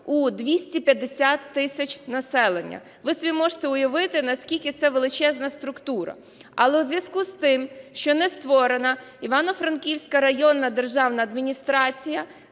у 250 тисяч населення. Ви собі можете уявити, наскільки це величезна структура. Але у зв'язку з тим, що не створена Івано-Франківська районна державна адміністрація,